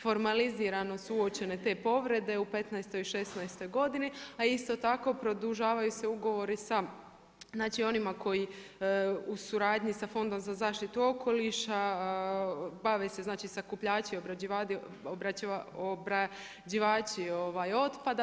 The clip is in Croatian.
Formalizirano su uočene te povrede u '15. i '16. godini, a isto tako produžavaju se ugovori sa onima koji u suradnji sa Fondom za zaštitu okoliša bave se sakupljači, obrađivači otpada.